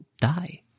die